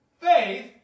faith